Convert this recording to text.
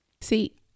See